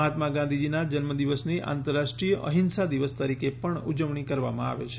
માહાત્મા ગાંધીજીનાં જન્મદિવસની આંતરરાષ્ટ્રીય અહિંસા દિવસ તરીકે પણ ઉજવણી કરવામાં આવે છે